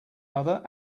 other